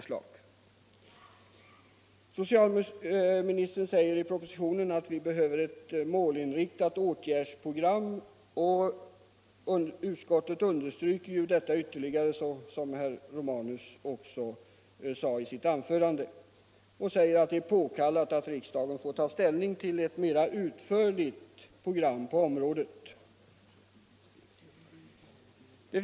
Socialministern säger i propositionen att vi behöver ett målinriktat åtgärdsprogram, och utskottet understryker detta ytterligare, såsom också herr Romanus påpekade i sitt anförande. Utskottet säger att det är påkallat att riksdagen får ta ställning till ett mer utförligt program på området.